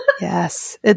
Yes